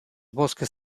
bosques